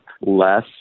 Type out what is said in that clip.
less